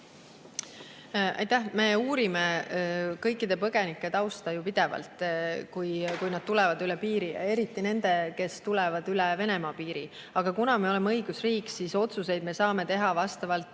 Me uurime kõikide põgenike tausta pidevalt, kui nad tulevad üle piiri, ja eriti nende puhul, kes tulevad üle Venemaa piiri. Kuna me oleme õigusriik, siis otsuseid me saame teha vastavalt